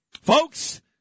Folks